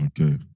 Okay